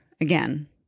again